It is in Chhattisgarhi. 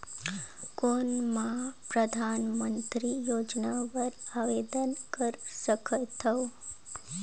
कौन मैं परधानमंतरी योजना बर आवेदन कर सकथव?